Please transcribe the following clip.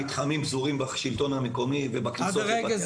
המתחמים פזורים בשלטון המקומי ובבתי הספר.